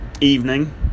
evening